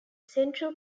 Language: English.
central